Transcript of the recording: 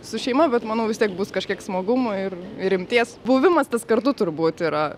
su šeima bet manau vis tiek bus kažkiek smagumo ir rimties buvimas tas kartu turbūt yra